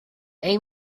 aim